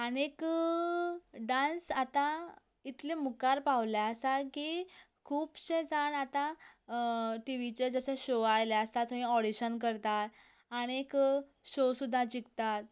आनी डांस आतां इतलो मुखार पाविल्लो आसा की खुबशे जाण आतां टी वीचे जशे शो आयिल्ले आसता थंय ऑडिशन करता आनी शो सुद्दां जिकतात